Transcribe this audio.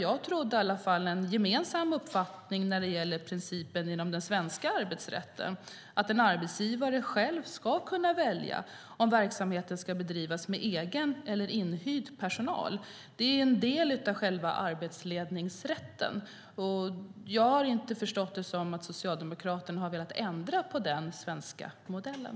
Jag trodde att vi hade en gemensam uppfattning om principen i den svenska arbetsrätten, nämligen att en arbetsgivare själv ska kunna välja om verksamheten ska bedrivas med egen eller inhyrd personal. Det är en del av själva arbetsledningsrätten. Jag har inte förstått det som att Socialdemokraterna har velat ändra på den modellen.